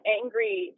angry